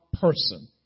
person